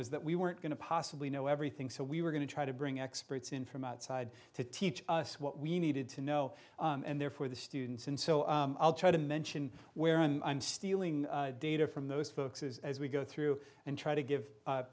was that we weren't going to possibly know everything so we were going to try to bring experts in from outside to teach us what we needed to know and therefore the students and so i'll try to mention where i'm stealing data from those folks as we go through and try to give